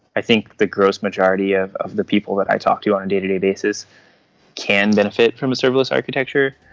i think the gross majority of of the people that i talk to on a day-to-day basis can benefit from a serverless architecture.